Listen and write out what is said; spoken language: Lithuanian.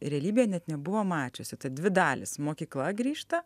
realybėje net nebuvo mačiusi tad dvi dalys mokykla grįžta